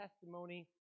testimony